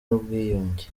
n’ubwiyunge